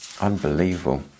Unbelievable